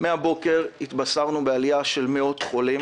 מהבוקר התבשרנו על עלייה של מאות חולים,